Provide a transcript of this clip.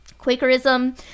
Quakerism